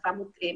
בשפה מותאמת.